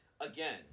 Again